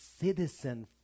citizen